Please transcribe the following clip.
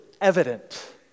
evident